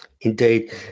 Indeed